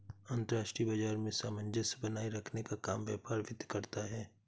अंतर्राष्ट्रीय बाजार में सामंजस्य बनाये रखने का काम व्यापार वित्त करता है